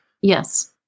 Yes